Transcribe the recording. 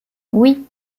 oui